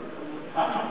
בעיני,